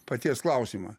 paties klausimą